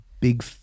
big